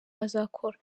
azakora